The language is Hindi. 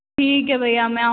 ठीक है भैया मैं